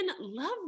love